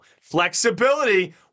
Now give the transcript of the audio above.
Flexibility